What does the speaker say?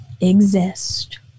exist